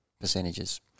percentages